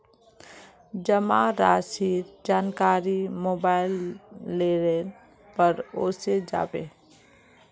जमा राशिर जानकारी मोबाइलेर पर ओसे जाबे